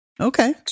Okay